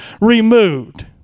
removed